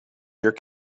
your